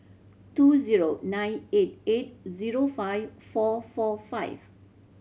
two zero nine eight eight zero five four four five